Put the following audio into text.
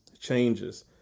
changes